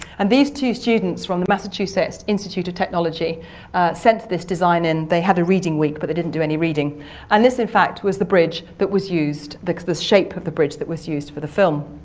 and these two students from the massachusetts institute of technology sent this design in they had a reading week but they didn't do any reading and this in fact was the bridge that was used, the shape of the bridge that was used for the film.